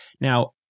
now